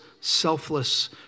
selfless